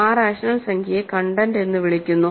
ആ റാഷണൽ സംഖ്യയെ കണ്ടെന്റ് എന്ന് വിളിക്കുന്നു